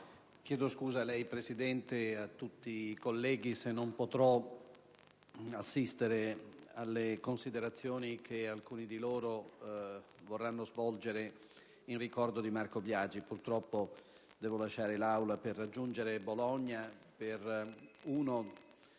chiedo scusa a lei e a tutti i colleghi se non potrò ascoltare le considerazioni che alcuni di loro vorranno svolgere in ricordo di Marco Biagi. Purtroppo devo lasciare l'Aula per raggiungere Bologna per uno